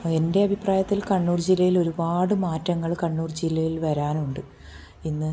എൻ്റെ അഭിപ്രായത്തിൽ കണ്ണൂർ ജില്ലയിൽ ഒരുപാട് മാറ്റങ്ങൾ കണ്ണൂർ ജില്ലയിൽ വരാനുണ്ട് ഇന്ന്